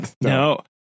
no